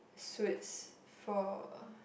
suits for uh